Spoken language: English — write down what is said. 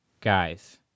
guys